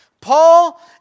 Paul